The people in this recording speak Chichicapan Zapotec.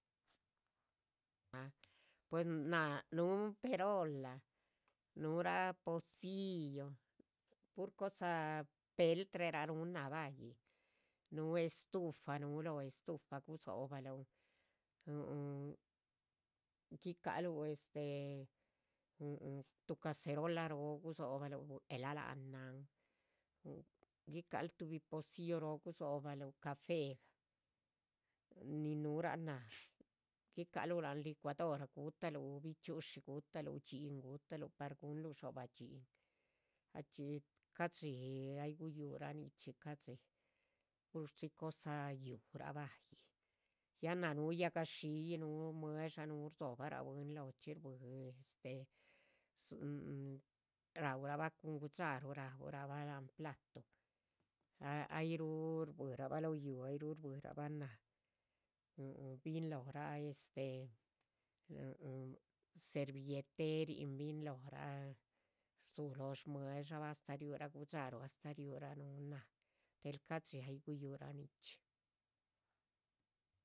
Puish nnah núu perolah núura posillo pur cosa peltrera núu nnah baí núu estufa lóh. estufa gudzo'baluh gi'caluh este tuh caserolah róo gudzo'baluh bue'lah. la'nhan gi'calh tuh posillo róo gudzo'baluh café nin núura nnah gi'caluh. la'nhan licuadora gu'tahlu bichxi'ushi gu'tahlu dhxín gu'tahlu par gu'nluh dxobah. dhxín ayiih cadxi ayiih guyura nichxí cadxi pursi cosa yuuh'ra baí ya nnah núu. yahgaxiiyi núu mueh'dsha núu dzo'bahra bwín lóhchi dzbwi este ra'urabah. cun gu'dxaruh ra'urabah la'hn platu ayiiru buirabah lóh yuuh ayiiru buirabah nnah. binlóhra srvilleterin binlóhra rdzu lóh mueh'dshabah hasta riura gu'dxaruh. hasta riura núu nnah dhel cadxi ayiih guyura nichxí